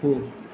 हो